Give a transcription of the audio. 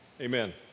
Amen